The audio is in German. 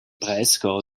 breisgau